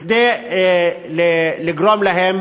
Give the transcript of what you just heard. כדי לגרום להם